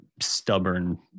stubborn